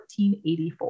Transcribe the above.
1484